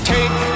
Take